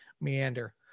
meander